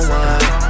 one